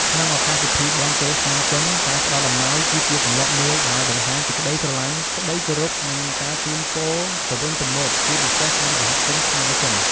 ក្នុងឱកាសពិធីបុណ្យចូលឆ្នាំចិន ការផ្ដល់អំណោយគឺជាទម្លាប់មួយដែលបង្ហាញពីក្ដីស្រឡាញ់ ក្ដីគោរព និងការជូនពរទៅគ្នាវិញទៅមក ជាពិសេសក្នុងសហគមន៍ខ្មែរ-ចិន។